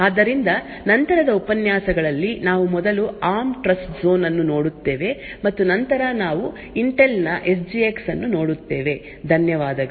ಆದ್ದರಿಂದ ನಂತರದ ಉಪನ್ಯಾಸಗಳಲ್ಲಿ ನಾವು ಮೊದಲು ಆರ್ಮ್ ಟ್ರಸ್ಟ್ ಜೋನ್ ಅನ್ನು ನೋಡುತ್ತೇವೆ ಮತ್ತು ನಂತರ ನಾವು ಇಂಟೆಲ್ ನ ಎಸ್ಜಿಎಕ್ಸ್ ಅನ್ನು ನೋಡುತ್ತೇವೆ ಧನ್ಯವಾದಗಳು